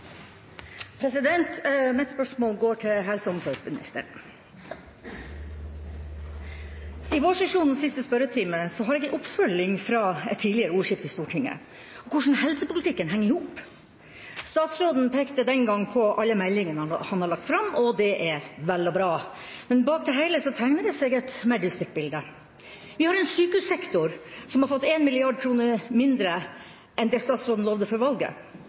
Mitt spørsmål går til helse- og omsorgsministeren. I vårsesjonens siste spørretime har jeg en oppfølging fra et tidligere ordskifte i Stortinget om hvordan helsepolitikken henger i hop. Statsråden pekte den gangen på alle meldingene han hadde lagt fram, og det er vel og bra. Men bak det heile tegner det seg et mer distinkt bilde. Vi har en sykehussektor som har fått 1 mrd. kr mindre enn det statsråden lovde før valget,